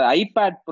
iPad